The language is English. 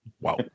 Wow